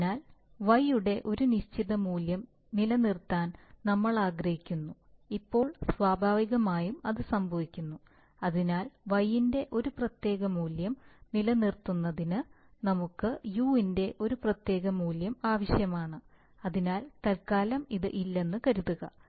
അതിനാൽ y യുടെ ഒരു നിശ്ചിത മൂല്യം നിലനിർത്താൻ നമ്മൾ ആഗ്രഹിക്കുന്നു ഇപ്പോൾ സ്വാഭാവികമായും അത് സംഭവിക്കുന്നു അതിനാൽ y ന്റെ ഒരു പ്രത്യേക മൂല്യം നിലനിർത്തുന്നതിന് നമുക്ക് u യുടെ ഒരു പ്രത്യേക മൂല്യം ആവശ്യമാണ് അതിനാൽ തൽക്കാലം ഇത് ഇല്ലെന്ന് കരുതുക